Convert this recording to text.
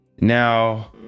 Now